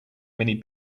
many